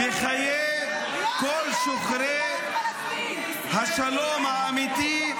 -- בחיי כל שוחרי השלום האמיתי.